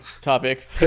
topic